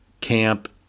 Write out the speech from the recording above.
Camp